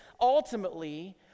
ultimately